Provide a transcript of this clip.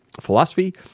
philosophy